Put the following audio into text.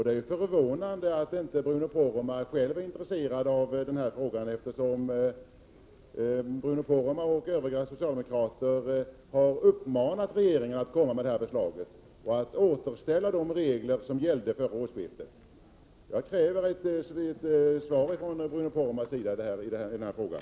Det är förvånande att Bruno Poromaa själv inte är intresserad av den frågan, eftersom Bruno Poromaa och övriga socialdemokrater har uppmanat regeringen att komma med ett sådant förslag. Jag kräver ett svar från Bruno Poromaa på den frågan.